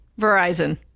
Verizon